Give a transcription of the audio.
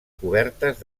cobertes